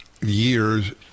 years